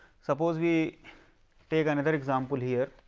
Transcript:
suppose, we take another example here.